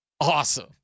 Awesome